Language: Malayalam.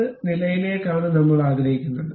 ഏത് നിലയിലേക്കാണ് നമ്മൾ ആഗ്രഹിക്കുന്നത്